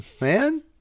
man